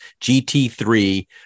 GT3